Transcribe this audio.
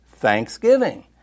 thanksgiving